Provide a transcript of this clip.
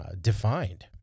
defined